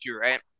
right